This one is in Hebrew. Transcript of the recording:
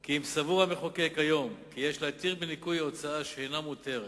כי אם סבור המחוקק היום כי יש להתיר בניכוי הוצאה שאינה מותרת,